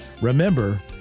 remember